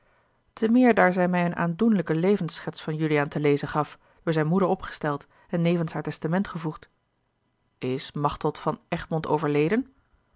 te meer daar zij mij een aandoenlijke levensschets van juliaan te lezen gaf door zijne moeder opgesteld en nevens haar testament gevoegd is machteld van egmond overleden